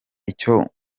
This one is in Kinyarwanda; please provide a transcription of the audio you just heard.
icyo